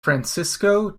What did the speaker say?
francisco